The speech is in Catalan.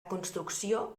construcció